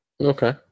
Okay